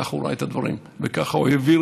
כך הוא ראה את הדברים וככה הוא העביר